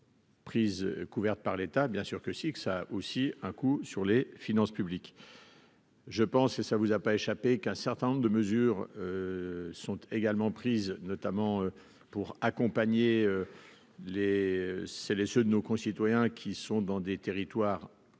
Prise couvertes par l'État bien sûr que si, que ça aussi à coup sur les finances publiques. Je pense que ça vous a pas échappé qu'un certain nombre de mesures sont également prises notamment pour accompagner les c'est les ceux de nos concitoyens qui sont dans des territoires